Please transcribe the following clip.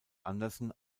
andersen